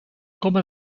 coma